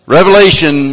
Revelation